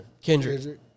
Kendrick